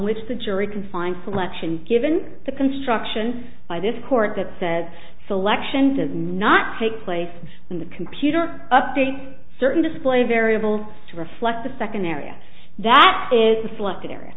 which the jury can find selection given the construction by this court that said selection does not take place in the computer update certain display variables to reflect the second area that is the selected area